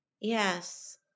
Yes